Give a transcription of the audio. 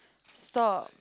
stop